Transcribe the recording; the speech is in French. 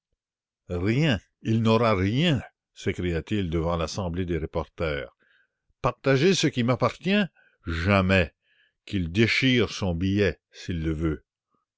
rien il n'aura rien s'écria-t-il devant l'assemblée des reporters partager ce qui m'appartient jamais qu'il déchire son billet s'il le veut